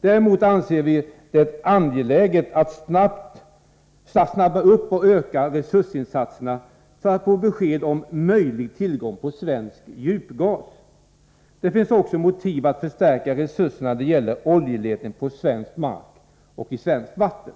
Däremot anser vi det angeläget att man påskyndar och ökar resursinsatserna för att få besked om möjlig tillgång på svensk djupgas. Det finns också motiv ätt förstärka resurserna när det gäller oljeletning på svensk mark och i svenskt vatten.